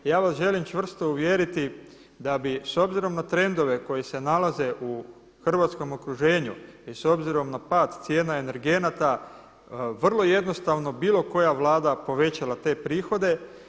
Ja vas želim čvrsto uvjeriti da bi s obzirom na trendove koji se nalaze u hrvatskom okruženju i s obzirom na pad cijena energenata vrlo jednostavno bilo koja Vlada povećala te prihode.